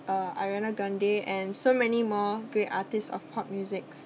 uh ariana grande and so many more great artists of pop musics